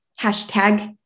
hashtag